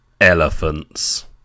Elephants